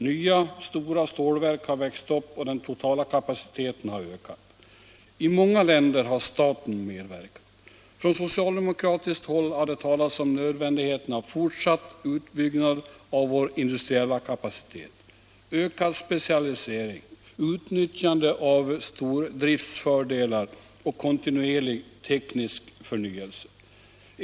Nya, stora stålverk har växt upp och den totala kapaciteten har ökat. I många länder har staten medverkat. Från socialdemokratiskt håll har det talats om nödvändigheten av fortsatt utbyggnad av vår industriella kapacitet, ökad specialisering, utnyttjande av stordriftsfördelar och kontinuerlig teknisk förnyelse.